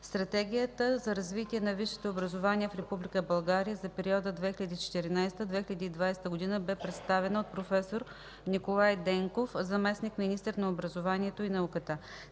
Стратегията за развитие на висшето образование в Република България за периода 2014 – 2020 г. бе представена от проф. Николай Денков, заместник-министър на образованието и науката.